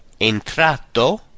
entrato